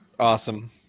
Awesome